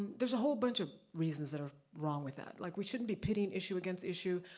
there's a whole bunch of reasons that are wrong with that. like, we shouldn't be pitting issue against issue.